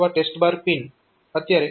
તો આ TEST pin અત્યારે એક્ટીવ નથી